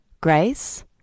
Grace